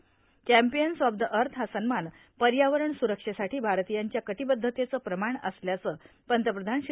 champions of the earth हा सन्मान पर्यावरण सुरक्षेसाठी भारतीयांच्या कटीबद्धतेचं प्रमाण असल्याचं पंतप्रधान श्री